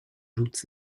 schutz